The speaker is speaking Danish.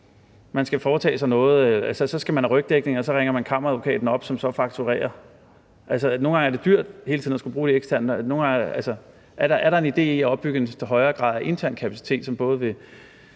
man skal foretage sig noget, så skal man have rygdækning, og så ringer man kammeradvokaten op, som så fakturerer. Nogle gange er det dyrt hele tiden at skulle bruge de eksterne. Er der en idé i at opbygge en højere grad af intern kapacitet, som både vil